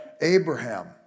Abraham